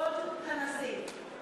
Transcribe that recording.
כבוד הנשיא!